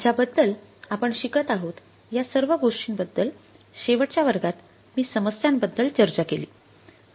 ज्याबद्दल आपण शिकत आहोत या सर्व गोष्टींबद्दल शेवटच्या वर्गात मी समस्यांबद्दल चर्चा केली